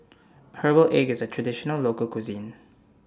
Herbal Egg IS A Traditional Local Cuisine